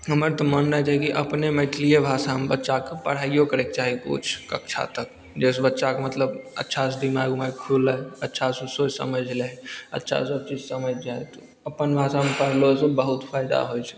हमर तऽ माननाई छै कि अपने मैथिलिए भाषामे बच्चा कऽ पढाइयो करै कऽ चाही किछु कक्षा तक जइ से बच्चा कऽ मतलब अच्छासँ दिमाग ओमाग अच्छासँ सोचि समझि लै अच्छासँ सबचीज समझि जाए अपन भाषामे पढ़लोसँ बहुत फायदा होयत छै